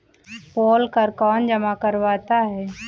पोल कर कौन जमा करवाता है?